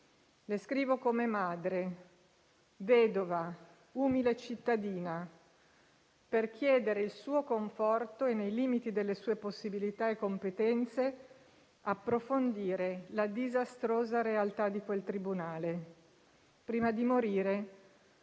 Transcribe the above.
Le scrivo come madre, vedova e umile cittadina, per chiedere il Suo conforto e, nei limiti delle Sue possibilità e competenze, di approfondire la disastrosa realtà di quel tribunale. Prima di morire,